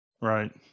Right